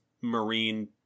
marine